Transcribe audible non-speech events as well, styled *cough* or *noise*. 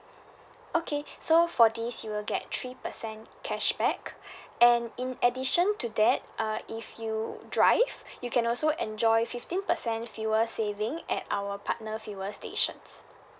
okay so for these you will get three percent cashback *breath* and in addition to that uh if you drive you can also enjoy fifteen percent fuel saving at our partner fuel stations